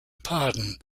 pardon